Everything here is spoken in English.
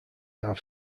have